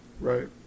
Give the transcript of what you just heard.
Right